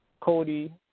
Cody